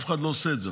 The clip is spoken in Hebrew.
אף אחד לא עושה את זה.